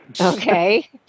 Okay